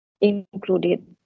included